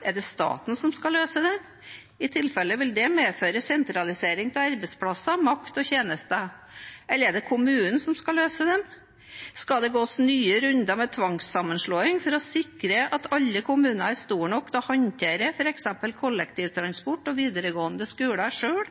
Er det staten som skal løse dem? I så tilfelle vil det medføre sentralisering av arbeidsplasser, makt og tjenester. Eller er det kommunen som skal løse dem? Skal det gås nye runder med tvangssammenslåing for å sikre at alle kommuner er store nok til å håndtere f.eks. kollektivtransport og videregående skoler selv?